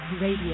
Radio